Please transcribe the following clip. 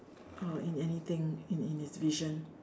uh in anything in in his vision